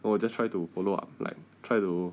I will just try to follow up like try to